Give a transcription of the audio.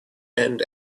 and